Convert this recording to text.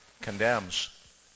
condemns